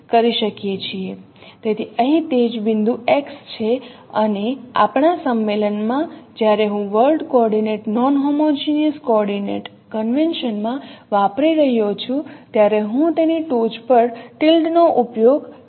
તેથી અહીં તે જ બિંદુ X છે અને આપણા સંમેલન માં જ્યારે હું world coordinate non homogeneous coordinate convention માં વાપરી રહ્યો છું ત્યારે હું તેની ટોચ પર ટિલ્ડ નો ઉપયોગ કરીશ